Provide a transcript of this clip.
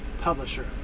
publisher